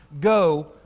Go